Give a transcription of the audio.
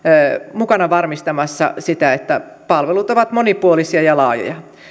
mukana varmistamassa sitä että palvelut ovat monipuolisia ja laajoja